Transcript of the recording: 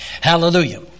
Hallelujah